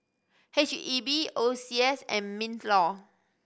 H E B O C S and MinLaw